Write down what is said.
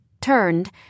turned